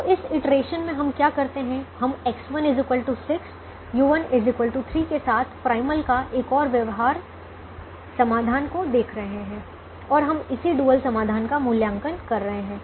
तो इस इटरेशन में हम क्या करते हैं हम X1 6 u1 3 के साथ प्राइमल का एक और व्यवहार्य समाधान को देख रहे हैं और हम इसी डुअल समाधान का मूल्यांकन कर रहे हैं